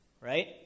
Right